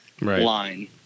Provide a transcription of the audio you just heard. line